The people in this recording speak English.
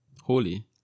Holy